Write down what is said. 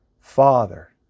Father